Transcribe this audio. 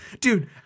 Dude